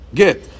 get